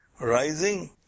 rising